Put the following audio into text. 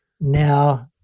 now